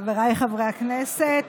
חבריי חברי הכנסת.